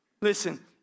Listen